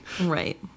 right